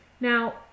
now